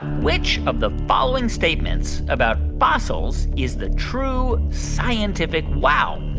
which of the following statements about fossils is the true scientific wow?